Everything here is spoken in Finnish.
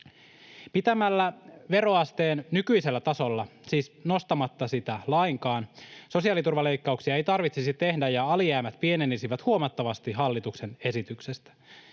Pitämällä veroasteen nykyisellä tasolla, siis nostamatta sitä lainkaan, sosiaaliturvaleikkauksia ei tarvitsisi tehdä ja alijäämät pienenisivät huomattavasti hallituksen esityksestä.